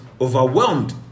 overwhelmed